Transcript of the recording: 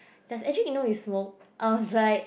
does Adrek know you smoke I was like